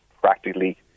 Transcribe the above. practically